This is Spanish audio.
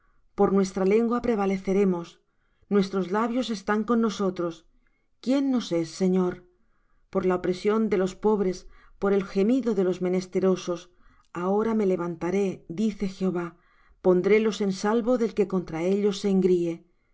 por nuestra lengua prevaleceremos nuestros labios están con nosotros quién nos es señor por la opresión de los pobres por el gemido de los menesterosos ahora me levantaré dice jehová pondrélos en salvo del que contra ellos se engríe las